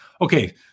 Okay